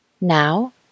Now